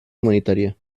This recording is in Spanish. humanitaria